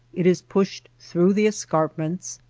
it is pushed through the escarpments,